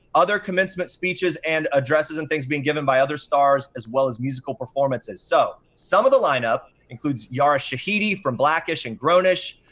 other commencement speeches and addresses and things being given by other stars, as well as performances. so, some of the lineup includes yara shahidi, from black-ish and gown-ish,